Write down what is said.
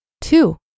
Two